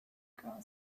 girl